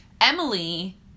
Emily